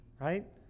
Right